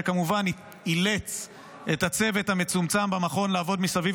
שכמובן אילץ את הצוות המצומצם במכון לעבוד מסביב